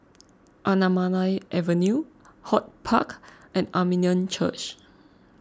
Anamalai Avenue HortPark and Armenian Church